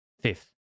fifth